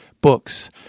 books